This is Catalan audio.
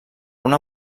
una